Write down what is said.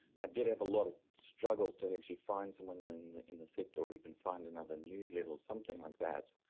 i did have a lot of struggle to actually find someone in in the sector or even find another newsletter or something like that